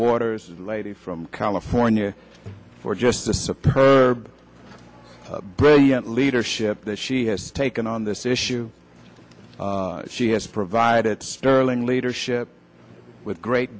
waters the lady from california for just the suppressor brilliant leadership that she has taken on this issue she has provided sterling leadership with great